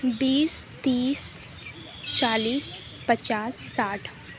بیس تیس چالیس پچاس ساٹھ